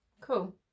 cool